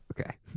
Okay